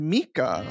Mika